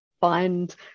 find